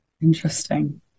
Interesting